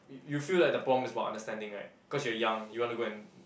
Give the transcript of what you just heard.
you you feel like the problem is about understanding right cause you are young you want to go and